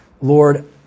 Lord